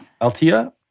Altia